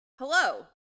Hello